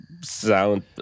sound